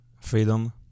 freedom